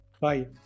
Bye